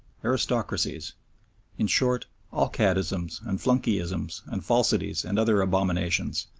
aristocracies in short, all caddisms and flunkeyisms and falsities and other abominations,